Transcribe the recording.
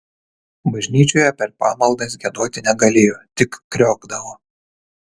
bažnyčioje per pamaldas giedoti negalėjo tik kriokdavo